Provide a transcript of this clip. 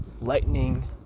Lightning